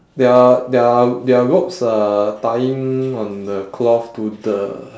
there are there are there are ropes uh tying on the cloth to the